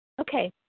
Okay